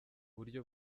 buryo